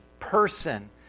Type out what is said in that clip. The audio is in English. person